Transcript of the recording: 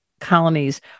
colonies